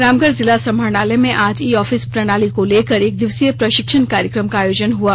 रामगढ़ जिला समाहरणालय में आज ई ऑफिस प्रणाली को लेकर एक दिवसीय प्रशिक्षण कार्यक्रम का आयोजन हुआ